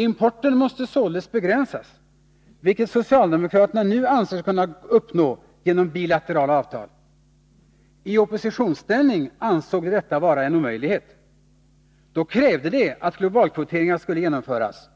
Importen måste således begränsas, vilket socialdemokraterna nu anser sig kunna uppnå genom bilaterala avtal. I oppositionsställning ansåg de detta vara en omöjlighet. Då krävde de att globalkvoteringar skulle genomföras.